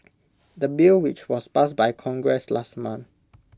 the bill which was passed by congress last month